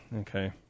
okay